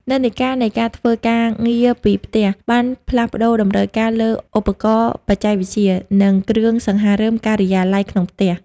និន្នាការនៃការធ្វើការងារពីផ្ទះ បានផ្លាស់ប្តូរតម្រូវការលើឧបករណ៍បច្ចេកវិទ្យា និងគ្រឿងសង្ហារឹមការិយាល័យក្នុងផ្ទះ។